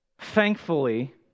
thankfully